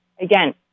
again